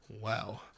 Wow